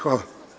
Hvala.